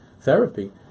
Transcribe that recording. therapy